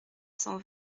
cent